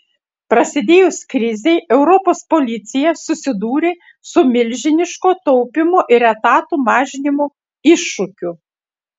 prasidėjus krizei europos policija susidūrė su milžiniško taupymo ir etatų mažinimo iššūkiu